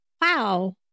Wow